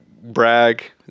Brag